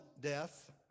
death